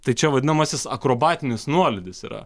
tai čia vadinamasis akrobatinis nuolydis yra